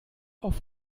auf